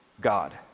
God